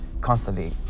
constantly